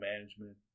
management